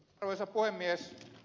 arvoisa puhemies